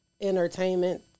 entertainment